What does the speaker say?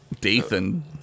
Dathan